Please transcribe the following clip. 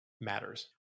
matters